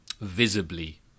visibly